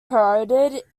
parodied